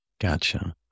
Gotcha